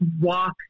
walk